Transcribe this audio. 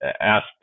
asked